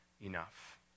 enough